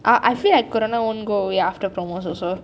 I I feel like corona won't go away after promos also